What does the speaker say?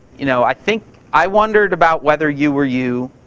you know i think i wondered about whether you were you,